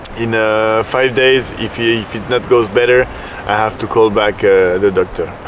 in ah five days, if it not goes better i have to call back the doctor